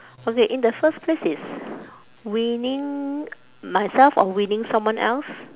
okay in the first place is winning myself or winning someone else